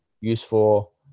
useful